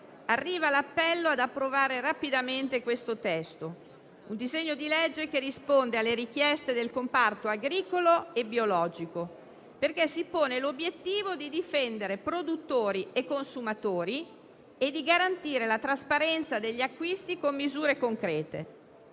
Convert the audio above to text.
arriva l'appello ad approvare rapidamente il testo in esame. Si tratta infatti di un disegno di legge che risponde alle richieste del comparto agricolo e biologico, perché si pone l'obiettivo di difendere produttori e consumatori e di garantire la trasparenza degli acquisti, con misure concrete.